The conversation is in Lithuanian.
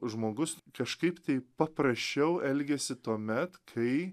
žmogus kažkaip tai paprasčiau elgiasi tuomet kai